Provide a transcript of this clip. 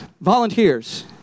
volunteers